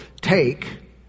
take